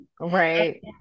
Right